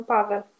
Pavel